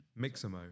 Mixamo